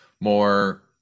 more